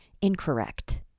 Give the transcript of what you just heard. incorrect